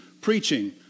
preaching